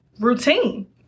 routine